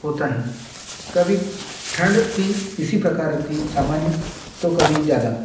होता है कभी ठंड भी इसी प्रकार रहती है सामान्य तो कभी ज्यादा